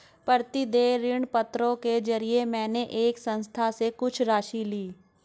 प्रतिदेय ऋणपत्रों के जरिये मैंने एक संस्था से कुछ राशि ली